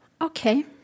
Okay